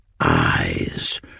eyes